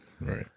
right